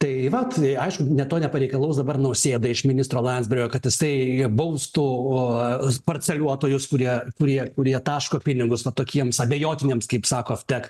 tai vat aišku to nepareikalaus dabar nausėda iš ministro landsbergio kad jisai baustų parceliuotojus kurie kurie kurie taško pinigus tokiems abejotiniems kaip sako vtek